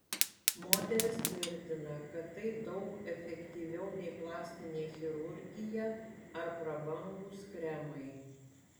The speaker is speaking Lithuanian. moteris tvirtina kad tai daug efektyviau nei plastinė chirurgija ar prabangūs kremai